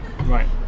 Right